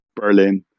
berlin